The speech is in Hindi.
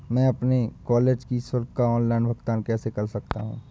मैं अपने कॉलेज की शुल्क का ऑनलाइन भुगतान कैसे कर सकता हूँ?